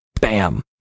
Bam